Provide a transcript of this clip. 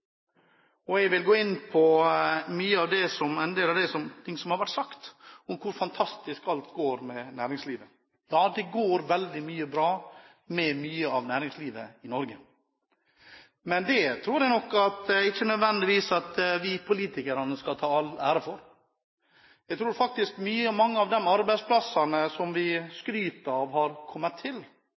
Det jeg vil snakke om, dreier seg rett og slett om næringslivet. Jeg vil gå inn på en del av det som har vært sagt om hvor fantastisk det går med næringslivet. Ja, det går veldig bra med mye av næringslivet i Norge, men det tror jeg ikke nødvendigvis vi politikere skal ta all ære for. Jeg tror faktisk mange av de arbeidsplassene som vi skryter av, ikke nødvendigvis har kommet